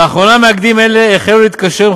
לאחרונה מאגדים אלה החלו להתקשר עם